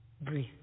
breathe